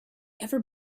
ever